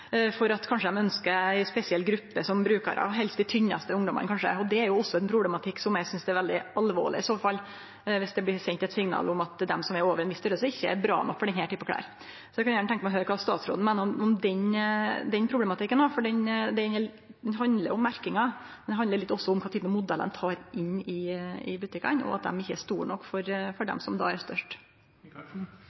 tynnaste ungdomane. Det er også ein problematikk som eg synest er veldig alvorleg, i så fall, viss det blir sendt eit signal om at dei som er over ein viss størrelse, ikkje er bra nok for denne typen klede. Eg kunne gjerne tenkje meg å høyre kva statsråden meiner om den problematikken, for den handlar om merkinga, men det handlar òg litt om kva type modellar ein tek inn i butikkane, og at dei ikkje er store nok for dei som då er størst.